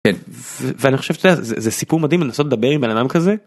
ואני חושב שזה סיפור מדהים לנסות לדבר עם בן אדם כזה.